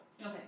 okay